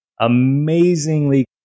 Amazingly